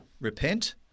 Repent